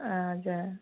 हजुर